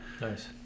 Nice